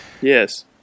Yes